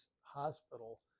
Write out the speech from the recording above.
Hospital